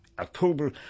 October